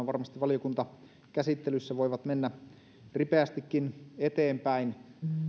varmasti valiokuntakäsittelyssä voivat mennä ripeästikin eteenpäin